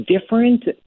different